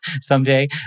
someday